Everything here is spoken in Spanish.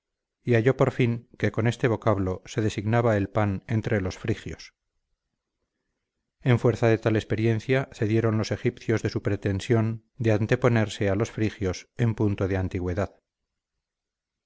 y halló por fin que con este vocablo se designaba el pan entre los frigios en fuerza de tal experiencia cedieron los egipcios de su pretensión de anteponerse a los frigios en punto de antigüedad